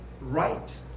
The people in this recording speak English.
right